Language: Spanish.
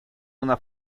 una